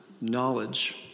knowledge